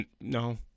No